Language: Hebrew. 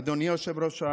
אדוני היושב-ראש,